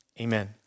amen